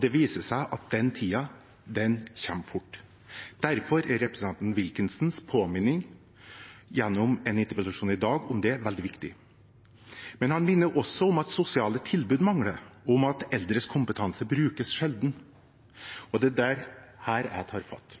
Det viser seg at den tiden kommer fort. Derfor er representanten Wilkinsons påminning om det gjennom interpellasjonen i dag veldig viktig. Men han minner også om at sosiale tilbud mangler, og om at eldres kompetanse brukes sjelden. Og det er her jeg tar fatt.